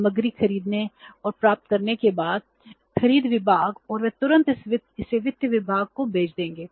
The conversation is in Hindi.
सामग्री खरीदने और प्राप्त करने के बाद खरीद विभाग और वे तुरंत इसे वित्त विभाग को भेज देंगे